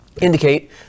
indicate